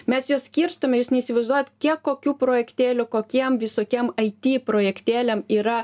mes juos skirstome jūs neįsivaizduojat kiek kokių projektėlių kokiem visokiem it projektėliam yra